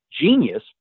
genius